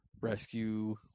rescue